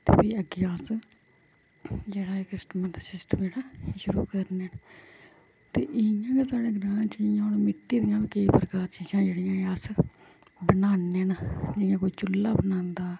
ते फ्ही अग्गें अस जेह्ड़ा एह् सिस्टम होंदा सिस्टम शुरू करने ते इ'यां गै साढ़े ग्रांऽ च जियां हून मिट्टी दियां केईं प्रकार दियां चीजां जेह्ड़ियां अस बनान्ने न जियां कोई चुल्ला बनांदा